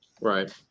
right